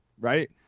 Right